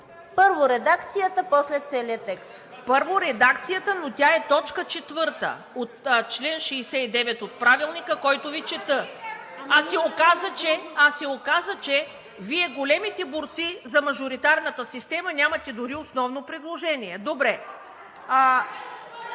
Първо редакцията, но тя е точка четвърта от чл. 69 от Правилника, който Ви чета. А се оказа, че Вие, големите борци за мажоритарната система, нямате дори основно предложение.